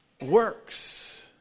works